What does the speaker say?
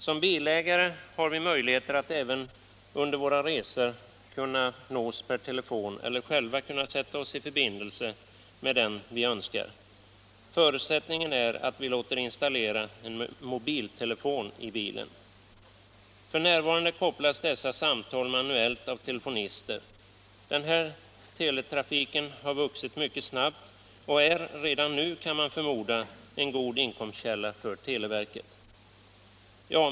Som bilförare har vi möjligheter att även under våra resor nås per telefon eller att själva sätta oss i förbindelse med den vi önskar. Förutsättningen är att vi låter installera en mobiltelefon i bilen. F. n. kopplas dessa samtal manuellt av telefonister. Den här teletrafiken har vuxit mycket snabbt och man kan förmoda att den redan nu är en god inkomstkälla för televerket.